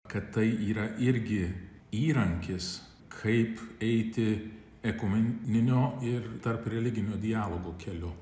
kad tai yra irgi įrankis kaip eiti ekumeninio ir tarpreliginio dialogo keliu